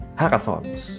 hackathons